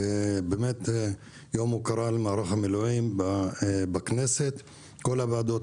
באמת יום הוקרה למערך המילואים בכנסת וכל הוועדות